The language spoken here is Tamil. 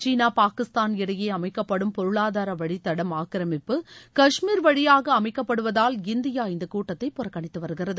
சீனா பாகிஸ்தான் இடையே அமைக்கப்படும் பொருளாதார வழித்தடம் ஆக்கிரமிப்பு கஷ்மீர் வழியாக அமைக்கப்படுவதால் இந்தியா இந்த கூட்டத்தை புறக்கணித்து வருகிறது